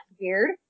weird